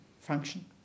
function